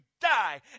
die